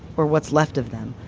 or what's left of them.